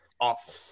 awful